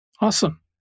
Awesome